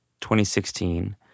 2016